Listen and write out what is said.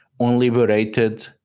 unliberated